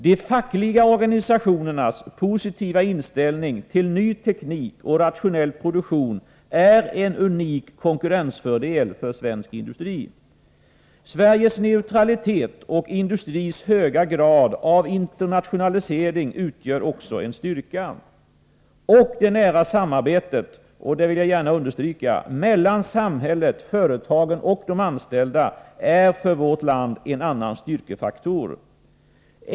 De fackliga organisationernas positiva inställning till ny teknik och rationell produktion är en unik konkurrensfördel för svensk industri. Sveriges neutralitet och industrins höga grad av internationalisering utgör också en styrka. Jag vill gärna understryka att det nära samarbetet mellan samhället, företagen och de anställda är en annan styrkefaktor för vårt land.